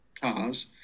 cars